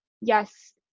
yes